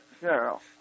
Girl